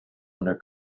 under